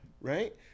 right